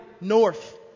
north